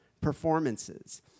performances